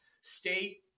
state